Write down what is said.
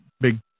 big